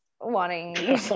wanting